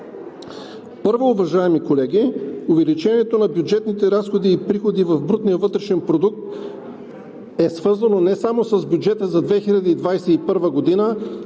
Първо, уважаеми колеги, увеличението на бюджетните разходи и приходи в брутния вътрешен продукт е свързано не само с бюджета за 2021 г.,